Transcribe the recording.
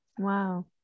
wow